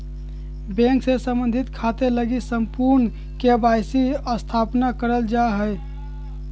bank से संबंधित खाते लगी संपूर्ण के.वाई.सी सत्यापन करल जा हइ